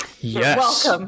Yes